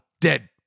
dead